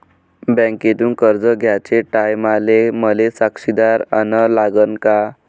बँकेतून कर्ज घ्याचे टायमाले मले साक्षीदार अन लागन का?